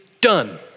done